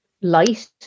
light